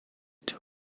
two